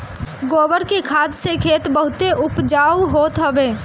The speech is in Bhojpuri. गोबर के खाद से खेत बहुते उपजाऊ होत हवे